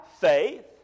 faith